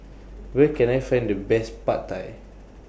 Where Can I Find The Best Pad Thai